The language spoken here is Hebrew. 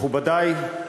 מכובדי,